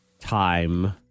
Time